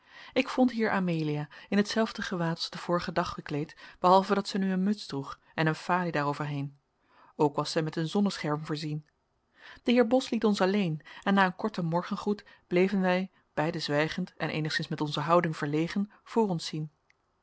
ik vond hier amelia in hetzelfde gewaad als den vorigen dag gekleed behalve dat zij nu een muts droeg en een falie daar over heen ook was zij met een zonnescherm voorzien de heer bos liet ons alleen en na een korten morgengroet bleven wij beiden zwijgend en eenigszins met onze houding verlegen voor ons zien